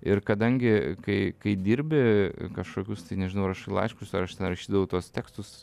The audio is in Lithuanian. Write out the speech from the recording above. ir kadangi kai kai dirbi kažkokius nežinau rašai laiškus ar aš ten rašydavau tuos tekstus